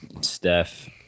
Steph